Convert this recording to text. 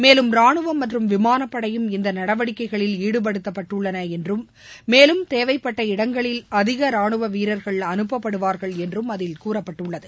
மேலும் ராணுவம் மற்றும் விமானப்படையும் இந்த நடவடிக்கைகளில் ஈடபடுத்தப்பட்டுள்ளன என்றும் மேலும் தேவைப்பட்ட இடங்களில் அதிக ராணுவ வீரர்கள் அனுப்பப்படுவார்கள் என்றும் அதில் கூறப்பட்டுள்ளது